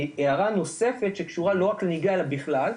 הערה נוספת שקשורה לא רק לנהיגה, אלא בכלל,